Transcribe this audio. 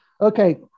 Okay